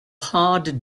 hard